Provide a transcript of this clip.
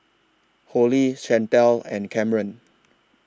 Hollie Chantelle and Kameron